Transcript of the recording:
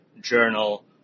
journal